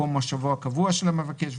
מקום מושבו הקבוע של המבקש,